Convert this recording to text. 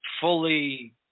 fully